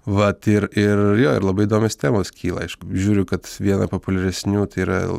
vat ir ir jo ir labai įdomios temos kyla aišku žiūriu kad viena populiaresnių tai yra